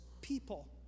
people